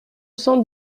cent